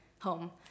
home